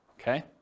Okay